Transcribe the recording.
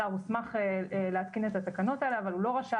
השר הוסמך להתקין את התקנות האלה אבל הוא לא רשאי